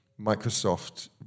Microsoft